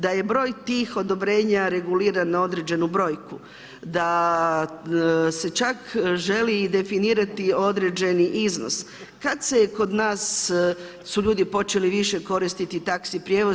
Da je broj tih odobrenja reguliran na određenu brojku, da se čak želi i definirati određeni iznos, kad se kod nas su ljudi počeli više koristiti taxi prijevoz?